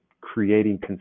creating